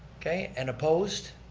okay and opposed?